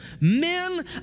Men